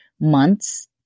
months